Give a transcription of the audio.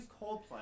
Coldplay